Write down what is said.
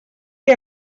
que